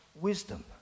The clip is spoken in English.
wisdom